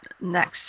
next